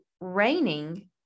raining